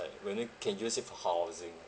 like we know can use it for housing